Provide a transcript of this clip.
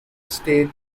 state